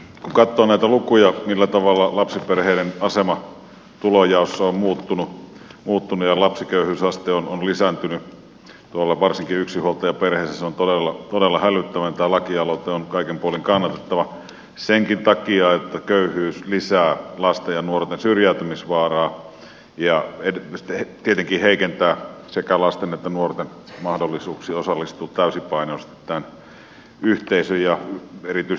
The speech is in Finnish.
kun katsoo näitä lukuja millä tavalla lapsiperheiden asema tulonjaossa on muuttunut ja lapsiköyhyysaste on lisääntynyt tuolla varsinkin yksinhuoltajaperheissä se on todella hälyttävä niin tämä lakialoite on kaikin puolin kannatettava senkin takia että köyhyys lisää lasten ja nuorten syrjäytymisvaaraa ja tietenkin heikentää sekä lasten että nuorten mahdollisuuksia osallistua täysipainoisesti tämän yhteisön ja erityisesti yhteiskunnan toimintaan